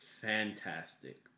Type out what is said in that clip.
fantastic